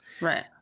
right